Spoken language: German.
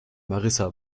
marissa